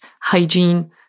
hygiene